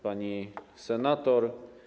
Pani Senator!